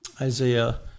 Isaiah